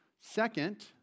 Second